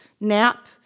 nap